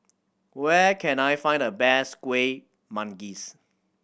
where can I find the best Kueh Manggis